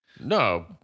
no